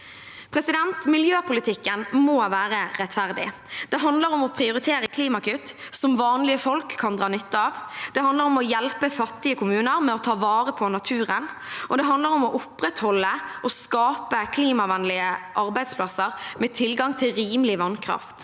Oslo. Miljøpolitikken må være rettferdig. Det handler om å prioritere klimakutt som vanlige folk kan dra nytte av. Det handler om å hjelpe fattige kommuner med å ta vare på naturen. Det handler om å opprettholde og skape klimavennlige arbeidsplasser med tilgang til rimelig vannkraft,